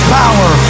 power